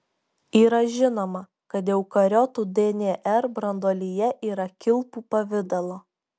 yra žinoma kad eukariotų dnr branduolyje yra kilpų pavidalo